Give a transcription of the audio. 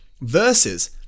Versus